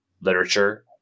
literature